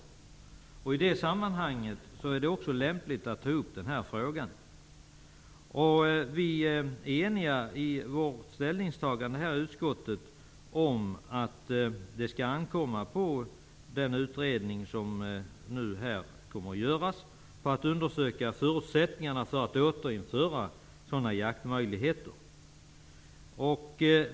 I det sammanhanget är det lämpligt att också ta upp den här frågan. Vi i utskottet är eniga när det gäller vårt ställningstagande om att det skall ankomma på den utredning som kommer att arbeta med dessa frågor att undersöka förutsättningarna för ett återinförande av nämnda jaktmöjligheter.